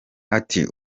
ati